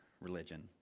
religion